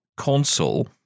Console